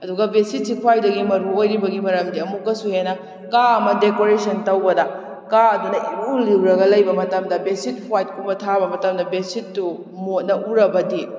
ꯑꯗꯨꯒ ꯕꯦꯠꯁꯤꯠꯁꯤ ꯈ꯭ꯋꯥꯏꯗꯒꯤ ꯃꯔꯨ ꯑꯣꯏꯔꯤꯕꯒꯤ ꯃꯔꯝꯗꯤ ꯑꯃꯨꯛꯀꯁꯨ ꯍꯦꯟꯅ ꯀꯥ ꯑꯃ ꯗꯦꯀꯣꯔꯦꯁꯟ ꯇꯧꯕꯗ ꯀꯥ ꯑꯗꯨꯅ ꯏꯔꯨ ꯂꯨꯔꯒ ꯂꯩꯕ ꯃꯇꯝꯗ ꯕꯦꯗꯁꯤꯠ ꯍ꯭ꯋꯥꯏꯠꯀꯨꯝꯕ ꯊꯥꯕ ꯃꯇꯝꯗ ꯕꯦꯗꯁꯤꯠꯇꯨ ꯃꯣꯠꯅ ꯎꯔꯕꯗꯤ